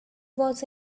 was